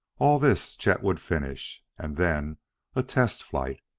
all this chet would finish. and then a test flight.